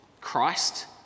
Christ